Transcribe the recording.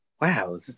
Wow